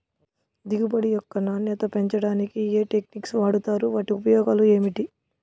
దిగుబడి యొక్క నాణ్యత పెంచడానికి ఏ టెక్నిక్స్ వాడుతారు వాటి ఉపయోగాలు ఏమిటి?